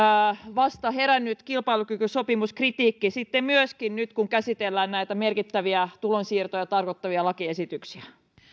vasta herännyt kilpailukykysopimuskritiikki sitten myöskin nyt kun käsitellään näitä merkittäviä tulonsiirtoja tarkoittavia lakiesityksiä